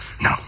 No